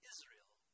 Israel